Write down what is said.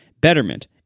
Betterment